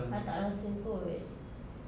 I tak rasa kot